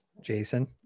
jason